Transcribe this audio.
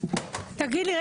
תגיד לי,